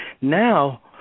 Now